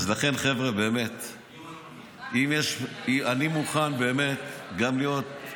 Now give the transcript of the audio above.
לכן, חבר'ה, אני מוכן באמת גם להיות,